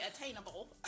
attainable